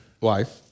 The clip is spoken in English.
Wife